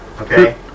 Okay